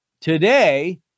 Today